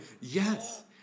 Yes